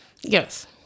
yes